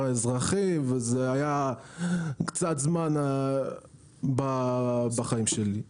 האזרחי וזה היה קצת זמן בחיים שלי.